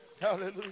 Hallelujah